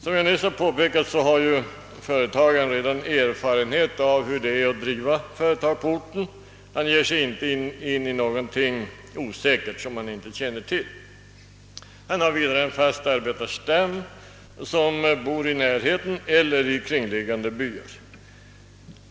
Som jag nyss har påpekat har företagaren redan erfarenhet av hur det är att driva företag på orten. Han ger sig inte in i någonting osäkert som han inte känner till. Han har vidare en fast arbetarstam, som bor i närheten eller i kringliggande byar.